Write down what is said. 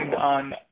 on